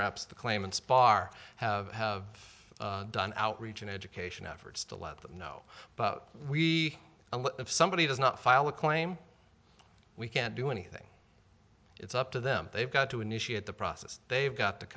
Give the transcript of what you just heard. perhaps the claimants bar have have done outreach and education efforts to let them know but we don't know if somebody does not file a claim we can't do anything it's up to them they've got to initiate the process they've got to